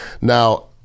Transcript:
Now-